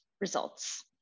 results